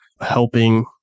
helping